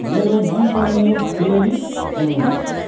मेरो मनपर्ने प्लेलिस्ट खोल्नुहोस्